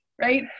Right